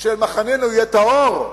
של "מחננו יהיה טהור"?